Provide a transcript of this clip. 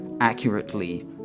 accurately